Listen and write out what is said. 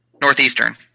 Northeastern